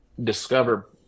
Discover